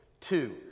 Two